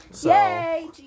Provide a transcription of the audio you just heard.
Yay